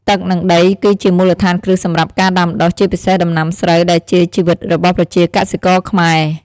ទឹក និងដី គឺជាមូលដ្ឋានគ្រឹះសម្រាប់ការដាំដុះ ជាពិសេសដំណាំស្រូវ ដែលជាជីវិតរបស់ប្រជាកសិករខ្មែរ។